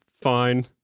fine